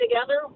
together